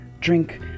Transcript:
drink